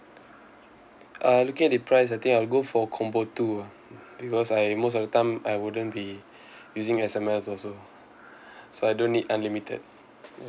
ah looking at the price I think I'll go for combo two ah because I most of the time I wouldn't be using S_M_S also so I don't need unlimited ya